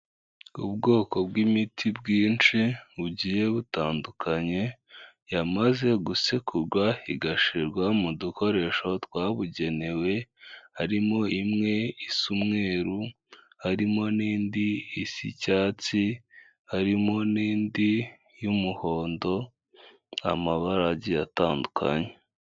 Ubwoko bw'imiti bwinshi bugiye butandukanye yamaze gusekurwa igashyirwa mu dukoresho twabugenewe harimo imwe isa umweruru harimo n'indi isa icyatsi harimo n'indi y'umuhondo amabara agiye atandukanye.